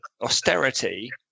austerity